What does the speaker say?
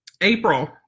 April